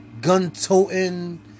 Gun-toting